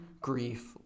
grief